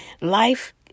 Life